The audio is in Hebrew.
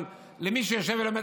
אבל למי שיושב ולומד,